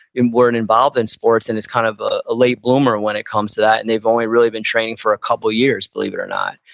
weren't involved in sports and is kind of ah a late bloomer when it comes to that, and they've only really been training for a couple of years, believe it or not.